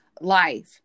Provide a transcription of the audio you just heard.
life